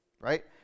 right